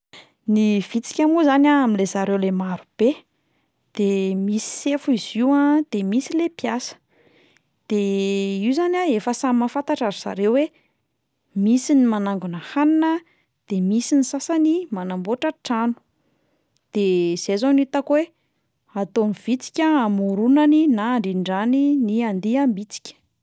Ny vitsika moa zany a amin'le zareo le marobe, de misy sefo izy io a, de misy le mpiasa, de io zany a efa samy mahafantatra ry zareo hoe misy ny manangona hanina, de misy ny sasany manamboatra trano, de zay zao no hitako hoe ataon'ny vitsika hamoronany na handrindrany ny andiam-bitsika.